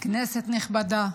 כנסת נכבדה,